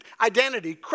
identity